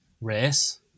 race